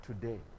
today